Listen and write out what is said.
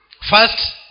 First